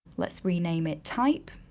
let's rename it type,